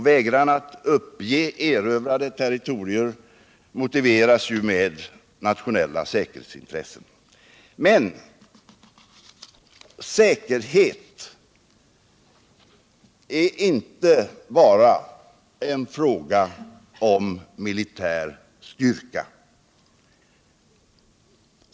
Vägran att uppge erövrade territorier motiveras med nationella säkerhetsintressen. Men säkerhet är inte bara en fråga om militär styrka.